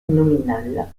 nominale